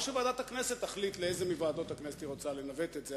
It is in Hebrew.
או שוועדת הכנסת תחליט לאיזו מוועדות הכנסת היא רוצה לנווט את זה,